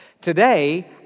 today